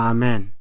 Amen